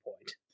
point